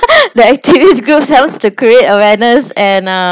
the activist groups help to create awareness and uh